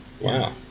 Wow